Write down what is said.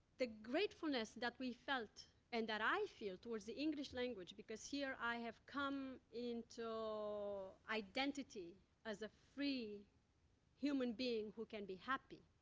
the gratefulness that we felt and that i feel towards the english language, because here, i have come into so identity as a free human being who can be happy,